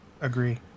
agree